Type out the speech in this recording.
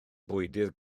bwydydd